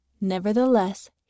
Nevertheless